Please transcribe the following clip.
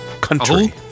country